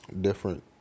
Different